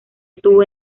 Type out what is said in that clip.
estuvo